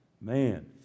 Man